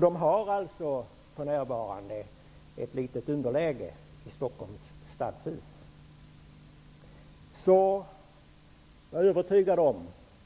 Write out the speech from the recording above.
De har alltså för närvarande ett litet underläge i Stockholms stadshus. Men jag är övertygad om